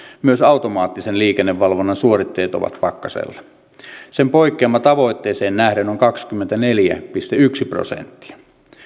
myös automaattisen liikennevalvonnan suoritteet ovat pakkasella sen poikkeama tavoitteeseen nähden on kaksikymmentäneljä pilkku yksi prosenttia